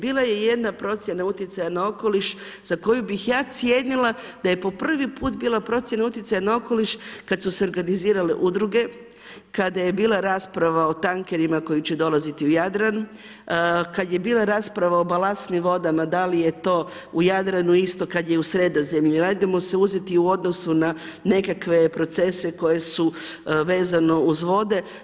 Bila je jedna procjena utjecaja na okoliš za koju bi ja cijenila da je po prvi put bila procjena utjecaja na okoliš kada su se organizirale udruge, kada je bila rasprava o tankerima koji će dolaziti u Jadran, kada je bila rasprava o balastnim vodama da li je to u Jadranu isto kada je u Sredozemlje, jel ajdemo se uzeti u odnosu na nekakve procese koji su vezano uz vode.